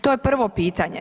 To je prvo pitanje.